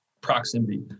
proximity